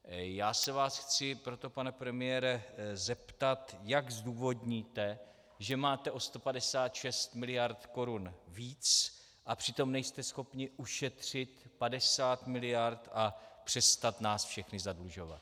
Já se vás chci proto, pane premiére, zeptat, jak zdůvodníte, že máte o 156 miliard korun víc, a přitom nejste schopni ušetřit 50 miliard a přestat nás všechny zadlužovat.